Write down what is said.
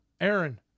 Aaron